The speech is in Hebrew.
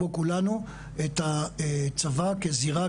כמו כולנו את הצבא כזירה,